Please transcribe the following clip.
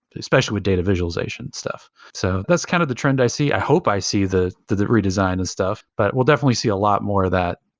especially with data visualization stuff. so that's kind of the trend i see. i hope i see the the redesign and stuff, but we'll definitely see a lot more of that.